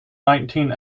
nineteen